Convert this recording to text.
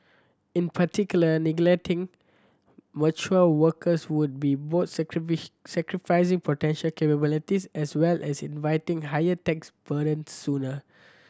in particular neglecting mature workers would be both sacrificing potential capability as well as inviting higher tax burdens sooner